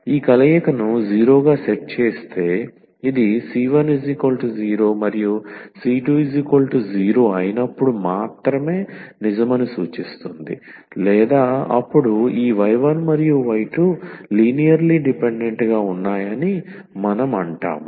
ఈ కలయికను 0 గా సెట్ చేస్తే ఇది c10c20 అయినప్పుడు మాత్రమే నిజమని సూచిస్తుంది లేదా అప్పుడు ఈ y1 మరియు y2 లినియర్ లీ డిపెండెంట్ గా ఉన్నాయని మనం అంటాం